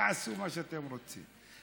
תעשו מה שאתם רוצים.